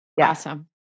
Awesome